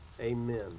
Amen